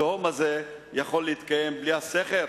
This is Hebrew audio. התהום הזאת יכולה להיות בלי סכר?